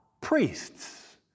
priests